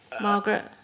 Margaret